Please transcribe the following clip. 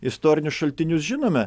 istorinius šaltinius žinome